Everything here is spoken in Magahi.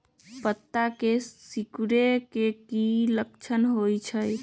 पत्ता के सिकुड़े के की लक्षण होइ छइ?